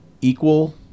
equal